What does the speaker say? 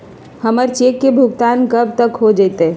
हमर चेक के भुगतान कब तक हो जतई